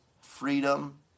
freedom